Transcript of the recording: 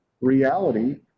reality